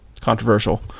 controversial